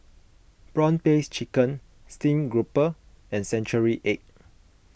Prawn Paste Chicken Steamed Grouper and Century Egg